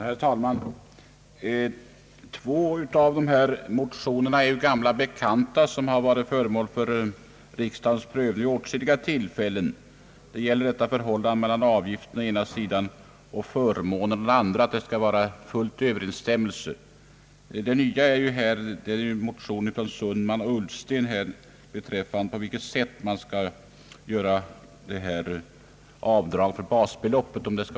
Herr talman! Två av dessa motioner är gamla bekanta, som har varit föremål för riksdagens prövning vid åtskilliga tillfällen. De gäller full överensstämmelse mellan avgifter och förmåner. Det nya är motionen av herrar Sundman och Ullsten beträffande det sätt på vilket man skall göra avdrag för basbeloppet.